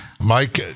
mike